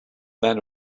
that